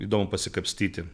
įdomu pasikapstyti